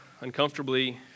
uncomfortably